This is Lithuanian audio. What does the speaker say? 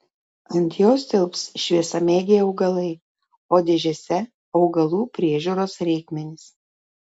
ant jos tilps šviesamėgiai augalai o dėžėse augalų priežiūros reikmenys